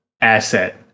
asset